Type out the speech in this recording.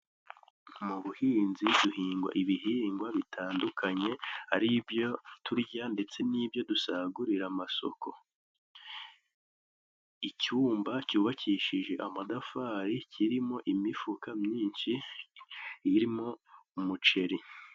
Mu buhinzi duhinga ibihingwa bitandukanye, ari ibyo turya ndetse n'ibyo dusagurira amasoko . Icyumba cyubakishije amatafari kirimo imifuka myinshi irimo umuceri.